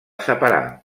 separar